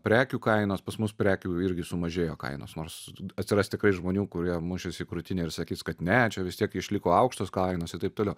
prekių kainos pas mus prekių irgi sumažėjo kainos nors atsiras tikrai žmonių kurie mušėsi į krūtinę ir sakys kad ne čia vis tiek išliko aukštos kainos ir taip toliau